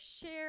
share